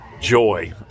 joy